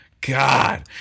god